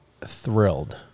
thrilled